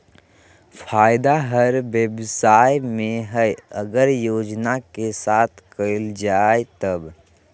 फायदा हर व्यवसाय में हइ अगर योजना के साथ कइल जाय तब